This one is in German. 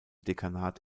dekanat